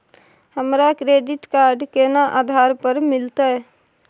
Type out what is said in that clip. हमरा credit card केना आधार पर मिलते?